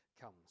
comes